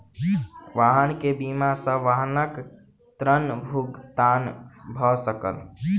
वाहन के बीमा सॅ वाहनक ऋण भुगतान भ सकल